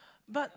but